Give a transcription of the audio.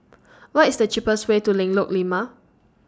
What IS The cheapest Way to Lengkok Lima